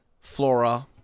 Flora